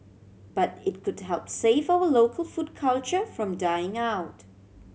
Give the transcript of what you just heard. but it could help save our local food culture from dying out